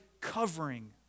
covering